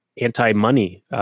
anti-money